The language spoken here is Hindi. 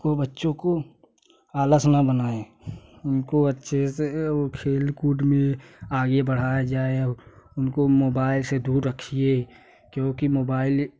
को बच्चों को आलस न बनाये उनको अच्छे से खेल कूद में आगे बढ़ाया जाये और उनको मोबाइल से दूर रखिये क्योंकि मोबाइल